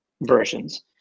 versions